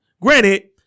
Granted